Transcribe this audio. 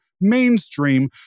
mainstream